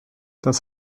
das